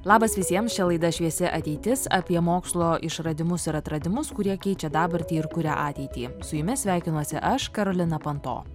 labas visiems čia laida šviesi ateitis apie mokslo išradimus ir atradimus kurie keičia dabartį ir kuria ateitį su jumis sveikinuosi aš karolina panto